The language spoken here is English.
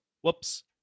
Whoops